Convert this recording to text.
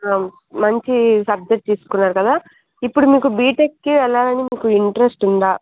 మంచి సబ్జెక్ట్ తీసుకున్నారు కదా ఇప్పుడు మీకు బీటెక్కి వెళ్ళాలని మీకు ఇంట్రెస్ట్ ఉందా